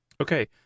Okay